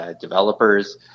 developers